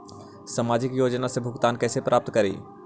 सामाजिक योजना से भुगतान कैसे प्राप्त करी?